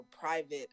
private